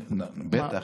בטח,